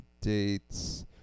dates